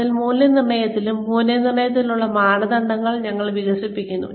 അതിൽ മൂല്യനിർണ്ണയത്തിനും വിലയിരുത്തലിനുമുള്ള മാനദണ്ഡങ്ങൾ ഞങ്ങൾ വികസിപ്പിക്കുന്നു